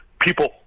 people